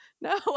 no